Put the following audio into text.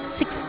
six